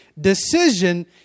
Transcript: decision